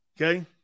Okay